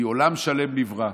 כי עולם שלם נברא,